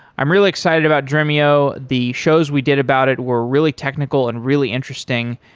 i'm really excited about dremio. the shows we did about it were really technical and really interesting.